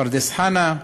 פרדס-חנה,